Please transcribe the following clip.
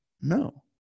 No